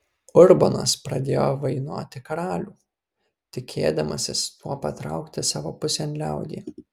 urbonas pradėjo vainoti karalių tikėdamasis tuo patraukti savo pusėn liaudį